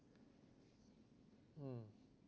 mm